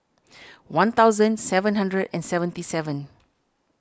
one thousand seven hundred and seventy seven